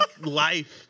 life